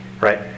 Right